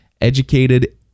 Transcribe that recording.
educated